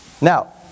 Now